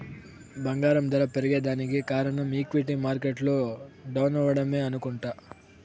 బంగారం దర పెరగేదానికి కారనం ఈక్విటీ మార్కెట్లు డౌనవ్వడమే అనుకుంట